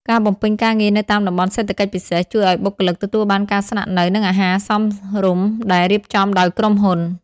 ការបំពេញការងារនៅតាមតំបន់សេដ្ឋកិច្ចពិសេស ជួយឱ្យបុគ្គលិកទទួលបានការស្នាក់នៅ និងអាហារសមរម្យដែលរៀបចំដោយក្រុមហ៊ុន។